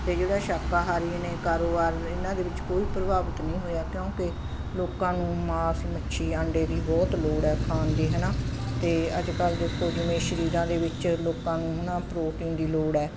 ਅਤੇ ਜਿਹੜਾ ਸ਼ਾਕਾਹਾਰੀ ਨੇ ਕਾਰੋਬਾਰ ਇਹਨਾਂ ਦੇ ਵਿੱਚ ਕੋਈ ਪ੍ਰਭਾਵਿਤ ਨਹੀਂ ਹੋਇਆ ਕਿਉਂਕਿ ਲੋਕਾਂ ਨੂੰ ਮਾਸ ਮੱਛੀ ਆਂਡੇ ਦੀ ਬਹੁਤ ਲੋੜ ਹੈ ਖਾਣ ਦੀ ਹੈ ਨਾ ਅਤੇ ਅੱਜ ਕੱਲ੍ਹ ਦੇ ਕੁਝ ਜਿਵੇਂ ਸਰੀਰਾਂ ਦੇ ਵਿੱਚ ਲੋਕਾਂ ਨੂੰ ਹੈ ਨਾ ਪ੍ਰੋਟੀਨ ਦੀ ਲੋੜ ਹੈ